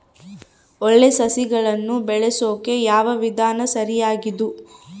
ಒಳ್ಳೆ ಸಸಿಗಳನ್ನು ಬೆಳೆಸೊಕೆ ಯಾವ ವಿಧಾನ ಸರಿಯಾಗಿದ್ದು?